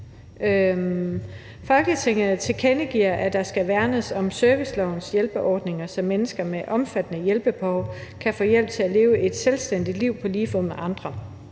»Folketinget tilkendegiver, at der skal værnes om servicelovens hjælpeordninger, så mennesker med omfattende hjælpebehov kan få hjælp til at leve et selvstændigt liv på lige fod med andre.